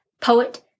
poet